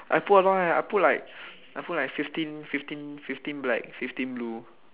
I put a lot eh I put like I put like fifteen fifteen fifteen black fifteen blue